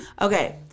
Okay